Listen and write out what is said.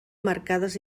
marcades